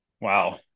Wow